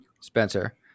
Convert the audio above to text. spencer